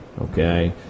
Okay